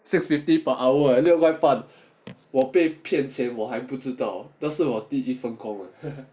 six fifty per hour 我被骗钱我还不知道但是我弟弟 phone call 我